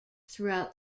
throughout